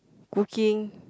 cooking